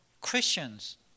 Christians